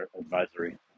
advisory